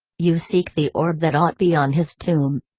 you seek the orb that ought be on his tomb.